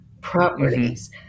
properties